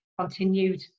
continued